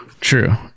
True